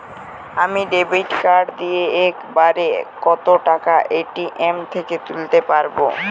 আমি debit card দিয়ে এক বারে কত টাকা এ.টি.এম থেকে তুলতে পারবো?